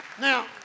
Now